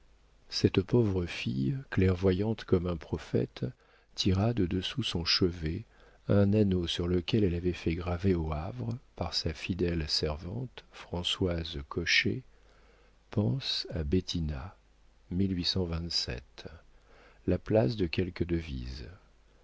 cette pauvre fille clairvoyante comme un prophète tira de dessous son chevet un anneau sur lequel elle avait fait graver au havre par sa fidèle servante françoise cochet pense à tina a place de quelque devise